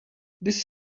this